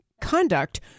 conduct